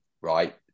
right